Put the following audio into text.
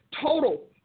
total